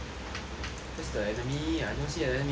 where's the enemy I don't see the enemy